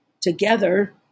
together